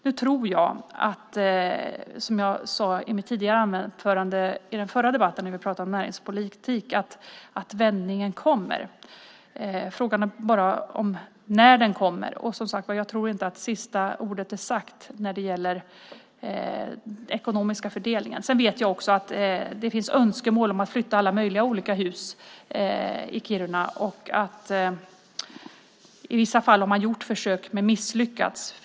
Nu tror jag, som jag sade i mitt tidigare anförande i det förra ärendet om näringspolitik, att vändningen kommer. Frågan är bara när. Som sagt tror jag inte att sista ordet är sagt när det gäller den ekonomiska fördelningen. Sedan vet jag att det finns önskemål om att flytta alla möjliga olika hus i Kiruna. I vissa fall har man gjort försök men misslyckats.